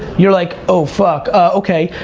you're like, oh, fuck. ah, okay.